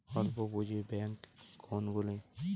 অল্প পুঁজি ব্যাঙ্ক কোনগুলি?